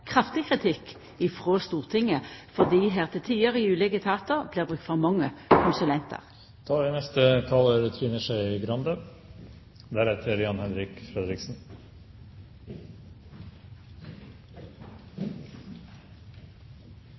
kraftig kritikk frå Stortinget, fordi det til tider i ulike etatar blir brukt for mange konsulentar. Da